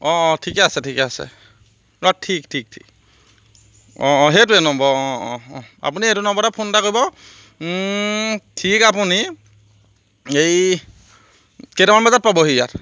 অঁ অঁ ঠিকে আছে ঠিকে আছে ন ঠিক ঠিক ঠিক অঁ অঁ সেইটোৱে নম্বৰ অঁ অঁ অঁ আপুনি এইটো নম্বৰতে ফোন এটা কৰিব ঠিক আপুনি এই কেইটামান বজাত পাবহি ইয়াত